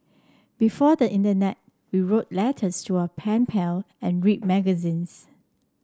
before the internet we wrote letters to our pen pal and read magazines